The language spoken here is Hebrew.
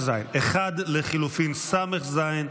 1 לחלופין ס"ז.